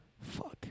Fuck